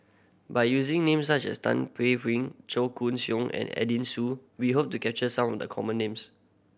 by using name such as Tan Paey Chong Koon Siong and Edwin Siew we hope to capture some of the common names